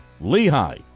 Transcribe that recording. Lehigh